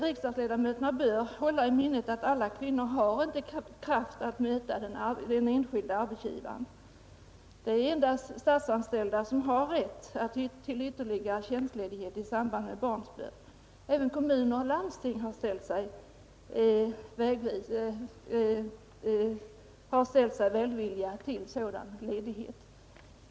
Riksdagsledamöterna bör hålla i minnet att alla kvinnor inte har kraft att möta den enskilde arbetsgivaren. Det är endast statsanställda som har rätt till ytterligare tjänstledighet i samband med barnsbörd; även kommuner och landsting har ställt sig välvilliga till sådan ledighet.